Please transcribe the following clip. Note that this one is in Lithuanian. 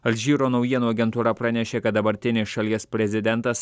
alžyro naujienų agentūra pranešė kad dabartinis šalies prezidentas